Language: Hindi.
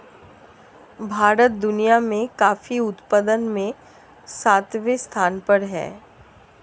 भारत दुनिया में कॉफी उत्पादन में सातवें स्थान पर है